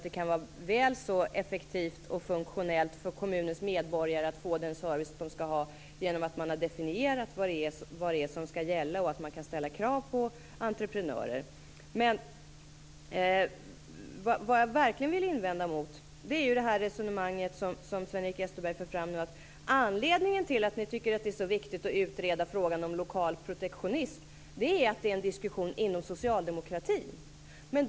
Det kan vara väl så effektivt och funktionellt för kommunens medborgare att få den service de skall ha genom att man har definierat vad det är som skall gälla och att man kan ställa krav på entreprenörer. Vad jag verkligen vill invända mot är resonemanget som Sven-Erik Österberg nu för fram. Anledningen till att ni tycker att det är så viktigt att utreda frågan om lokal protektionism är att det är en diskussion inom socialdemokratin.